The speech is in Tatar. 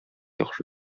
яхшы